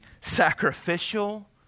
sacrificial